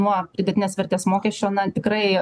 nuo pridėtinės vertės mokesčio na tikrai